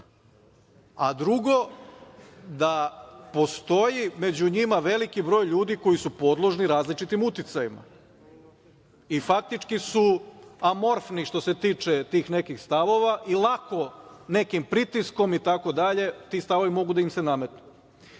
a drugo, da postoji među njima veliki broj ljudi koji su podložni različitim uticajima i faktički su amorfni što se tiče tih nekih stavova i lako nekim pritiskom itd. ti stavovi mogu da im se nametnu. Zato